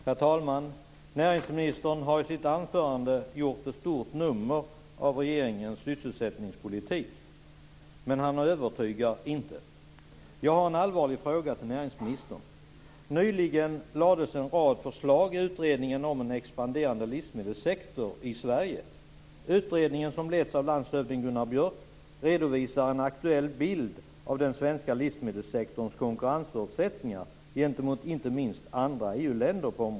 Herr talman! Näringsministern har i sitt anförande gjort ett stort nummer av regeringens sysselsättningspolitik. Men han övertygar inte. Jag har en allvarlig fråga till näringsministern. Nyligen lades fram en rad förslag i utredningen om en expanderande livsmedelssektor i Sverige. Utredningen leds av landshövding Gunnar Björk, och där redovisas en aktuell bild av den svenska livsmedelssektorns konkurrensförutsättningar gentemot inte minst andra EU-länder.